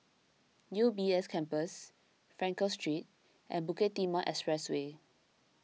U B S Campus Frankel Street and Bukit Timah Expressway